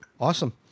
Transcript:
Awesome